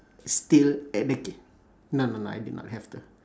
still at the ca~ no no no I did not have to